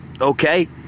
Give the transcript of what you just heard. okay